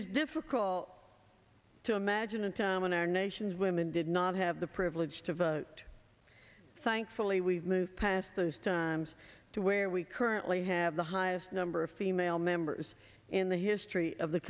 is difficult to imagine a time when our nation's women did not have the privilege to vote thankfully we've moved past those times to where we currently have the highest number of female members in the history of the